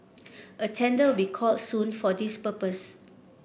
a tender will be called soon for this purpose